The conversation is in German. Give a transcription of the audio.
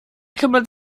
kümmert